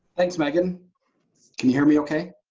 thanks meaghan. can you hear me okay?